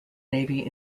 navy